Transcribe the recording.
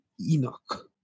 Enoch